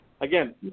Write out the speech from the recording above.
Again